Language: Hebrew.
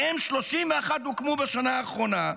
מהם 31 הוקמו בשנה האחרונה,